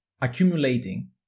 accumulating